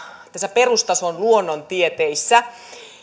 perustason luonnontieteissä